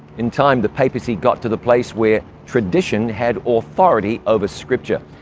in time, the papacy got to the place where tradition had authority over scripture.